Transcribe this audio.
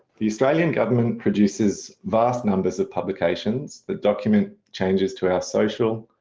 the australian government produces vast numbers of publications that document changes to our social,